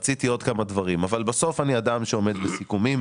רציתי עוד כמה דברים אבל בסוף אני אדם שעומד בסיכומים